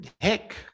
Heck